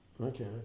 Okay